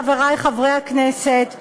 חברי חברי הכנסת,